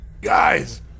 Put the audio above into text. Guys